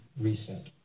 reset